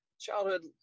childhood